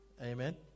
Amen